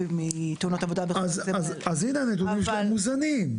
בתאונות עבודה וכו' אז הנה הנתונים שלהם מוזנים.